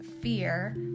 fear